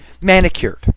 Manicured